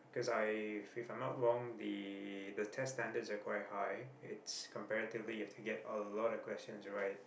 cause I if I'm not wrong the test standards are quite high it's comparatively you have to get a lot of questions right